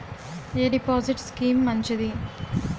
ఎ deposit scheme మంచిది?